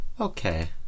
Okay